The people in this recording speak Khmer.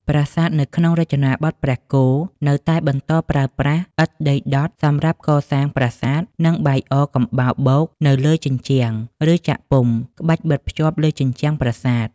ប្រាសាទនៅក្នុងរចនាបថព្រះគោនៅតែបន្តប្រើប្រាស់ឥដ្ឋដីដុត សម្រាប់កសាងប្រាសាទ និងបាយអកំបោរបូកនៅលើជញ្ជាំង ឬចាក់ពុម្ព ក្បាច់បិទភ្ជាប់លើជញ្ជាំងប្រាសាទ។